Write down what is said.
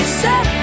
set